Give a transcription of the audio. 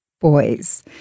boys –